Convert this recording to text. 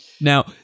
Now